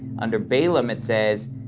under balaam it says,